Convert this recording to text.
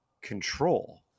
control